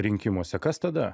rinkimuose kas tada